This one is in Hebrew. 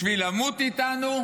בשביל למות איתנו,